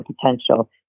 potential